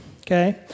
okay